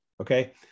Okay